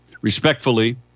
Respectfully